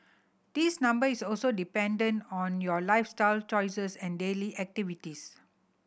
this number is also dependent on your lifestyle choices and daily activities